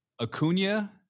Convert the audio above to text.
Acuna